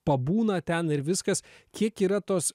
pabūna ten ir viskas kiek yra tos